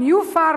"ניו-פארם",